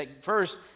First